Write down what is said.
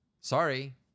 sorry